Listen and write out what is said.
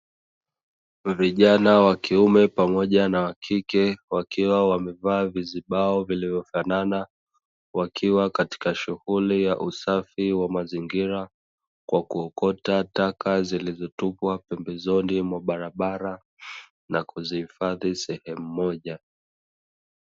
Vijana wa kiume pamoja na wa kike, wakiwa wamevaa vizibao vilivyofanana. Wakiwa katika shughuli ya usafi wa mazingira kwa kuokota taka zilizotupwa pembezoni mwa barabara, na kuzihifadhi sehemu moja.